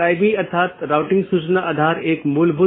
हालांकि हर संदेश को भेजने की आवश्यकता नहीं है